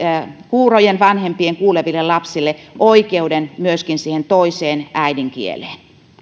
kuurojen vanhempien kuuleville lapsille oikeuden myöskin siihen toiseen äidinkieleen